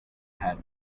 had